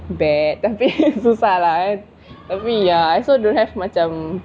bad tapi susah lah kan tapi ya I also don't have macam